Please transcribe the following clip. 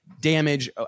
damage